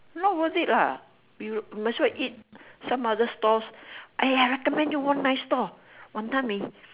not worth it lah might as well you eat some other stalls !aiya! I recommend you one nice stall wanton-mee